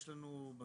בעצם כתבנו את זה